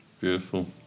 Beautiful